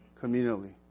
communally